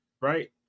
right